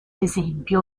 esempio